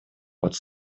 под